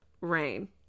Rain